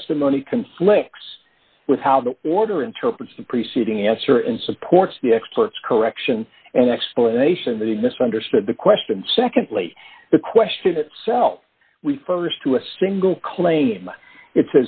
testimony conflicts with how the order interprets the preceding answer and supports the experts correction and explanation that he misunderstood the question secondly the question itself we st to a single claim it